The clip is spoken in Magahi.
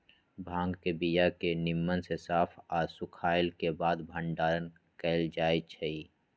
भांग के बीया के निम्मन से साफ आऽ सुखएला के बाद भंडारण कएल जाइ छइ